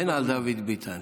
אין על דוד ביטן.